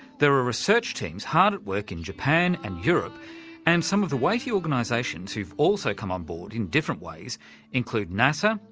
there are research teams hard at work in japan and europe and some of the weighty organisations who've also come on board in different ways include nasa,